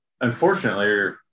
unfortunately